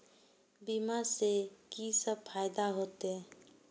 बीमा से की सब फायदा होते?